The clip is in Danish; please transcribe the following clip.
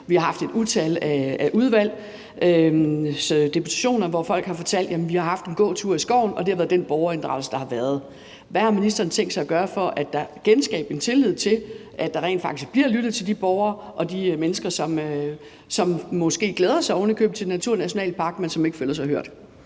vi har haft et utal af deputationer i udvalget, hvor folk har fortalt, at de har haft en gåtur i skoven. Det har været den borgerinddragelse, der har været. Hvad har ministeren tænkt sig at gøre for at genskabe en tillid til, at der rent faktisk bliver lyttet til de borgere og de mennesker, som måske oven i købet glæder sig til en naturnationalpark, men som ikke føler sig hørt?